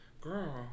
girl